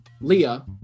Leah